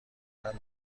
اونم